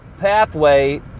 pathway